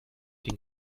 den